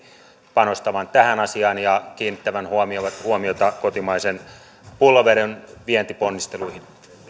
panostavan tähän asiaan ja kiinnittävän huomiota kotimaisen pulloveden vientiponnisteluihin